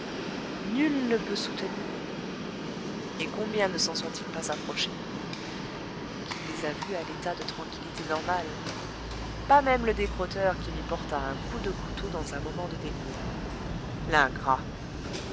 nul ne peut soutenir et combien ne s'en ont-ils pas approchés qu'il les a vues à l'état de tranquillité normale pas même le décrotteur qui m'y porta un coup de couteau dans un moment de délire